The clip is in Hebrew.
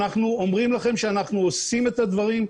אנחנו אומרים לכם שאנחנו עושים את הדברים,